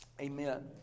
Amen